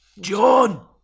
John